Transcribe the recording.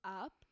up